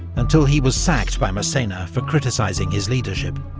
until he was sacked by massena for criticising his leadership.